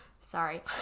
sorry